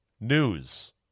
news